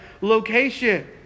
location